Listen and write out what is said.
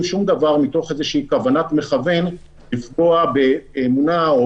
שום דבר מתוך איזושהי כוונת מכוון לפגוע באמונה או